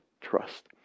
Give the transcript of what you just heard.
trust